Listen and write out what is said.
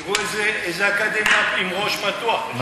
תראו איזה אקדמיה עם ראש פתוח,